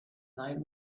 night